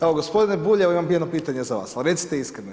Evo gospodine Bulj, imam jedno pitanje za vas pa recite iskreno.